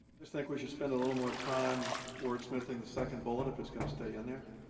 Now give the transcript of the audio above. just think we should spend a little more time wordsmithing the second bullet if it's going to stay in there.